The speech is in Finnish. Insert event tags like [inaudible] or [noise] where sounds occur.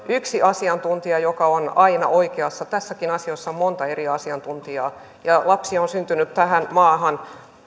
[unintelligible] yksi asiantuntija joka on aina oikeassa tässäkin asiassa on monta eri asiantuntijaa ja lapsia on syntynyt tähän maahan